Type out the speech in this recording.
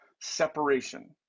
separation